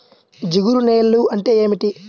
జిగురు నేలలు అంటే ఏమిటీ?